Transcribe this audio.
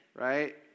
right